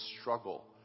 struggle